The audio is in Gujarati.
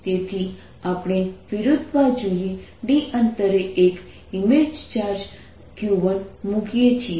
તેથી આપણે વિરુદ્ધ બાજુએ d અંતરે એક ઇમેજ ચાર્જ q1 મૂકીએ છીએ